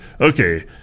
okay